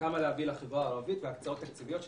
כמה להביא לחברה הערבית והקצאות תקציביות,